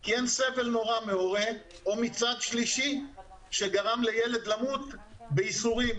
כי אין סבל נורא מהורה או מצד שלישי שגרם לילד למות בייסורים.